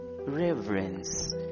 reverence